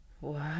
Wow